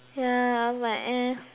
yeah I'm like eh